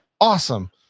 awesome